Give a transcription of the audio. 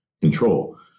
control